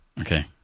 Okay